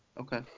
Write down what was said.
Okay